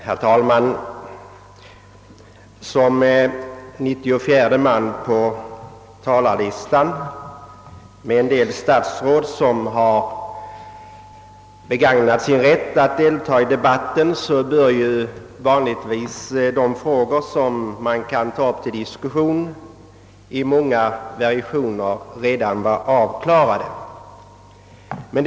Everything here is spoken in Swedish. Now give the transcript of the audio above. Herr talman! Eftersom jag står som 94:e man på talarlistan, och en del statsråd har begagnat sin rätt att deltaga i debatten, borde de frågor man kan ta upp till diskussion i många variationer redan vara avklarade.